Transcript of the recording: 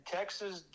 Texas